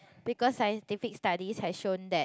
because scientific study has shown that